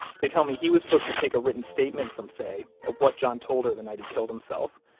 they tell me he was supposed to take a written statement from faye of what john told her the night he killed himself,